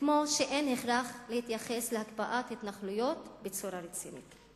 כמו שאין הכרח להתייחס להקפאת התנחלויות בצורה רצינית.